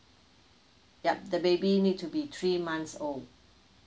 yup the baby need to be three months old